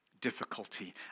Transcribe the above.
difficulty